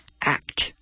act